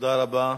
תודה רבה.